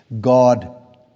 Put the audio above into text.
God